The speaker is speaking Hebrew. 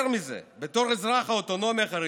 יותר מזה, בתור אזרח האוטונומיה החרדית,